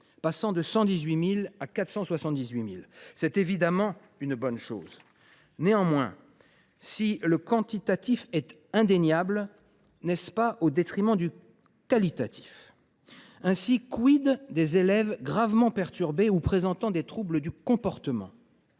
passant de 118 000 à 478 000. C’est évidemment une bonne chose. La progression quantitative est indéniable, mais ne l’assure t on pas au détriment du qualitatif ? Ainsi, des élèves gravement perturbés ou présentant des troubles du comportement